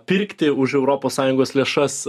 pirkti už europos sąjungos lėšas